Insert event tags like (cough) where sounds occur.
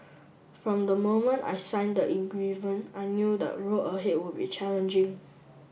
from the moment I sign the (unintelligible) I knew the road ahead would be challenging